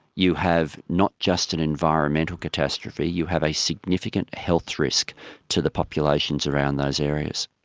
you have not just an environmental catastrophe, you have a significant health risk to the populations around those areas.